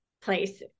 place